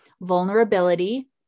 vulnerability